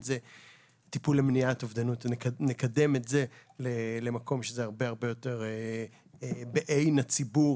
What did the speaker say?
טיפול למניעת אובדנות למקום שזה הרבה יותר בעין הציבור